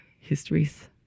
histories